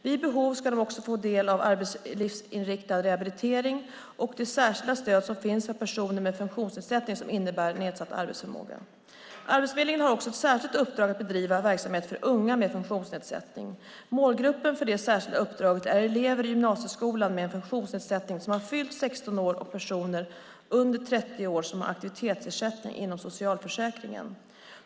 Vid behov ska de också få del av arbetslivsinriktad rehabilitering och de särskilda stöd som finns för personer med funktionsnedsättning som innebär nedsatt arbetsförmåga. Arbetsförmedlingen har också ett särskilt uppdrag att bedriva verksamhet för unga med funktionsnedsättning. Målgruppen för det särskilda uppdraget är elever i gymnasieskolan med funktionsnedsättning som fyllt 16 år och personer under 30 år som har aktivitetsersättning inom socialförsäkringen.